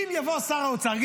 אם יבוא שר האוצר,